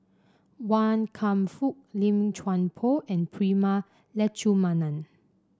Wan Kam Fook Lim Chuan Poh and Prema Letchumanan